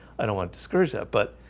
i don't want to scourge that but